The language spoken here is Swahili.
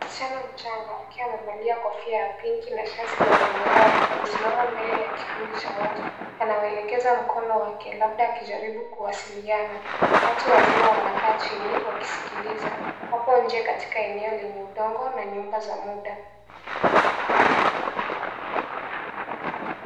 Msichana mchanga akiwa amevalia kofia ya pinki na shati la zambarau amesimama mbele ya kikundi cha watu anawaelekeza mkono wake labda akijaribu kuwasiliana. Watu wazima wanakaa chini wakisikiliza. Wapo nje katika eneo lenye udongo na nyumba za muda.